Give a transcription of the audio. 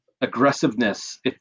aggressiveness